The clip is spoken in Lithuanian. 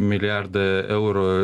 milijardą eurų